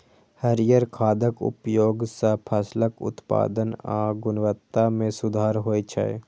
हरियर खादक उपयोग सं फसलक उत्पादन आ गुणवत्ता मे सुधार होइ छै